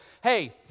hey